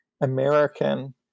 American